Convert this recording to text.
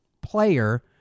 player